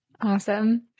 Awesome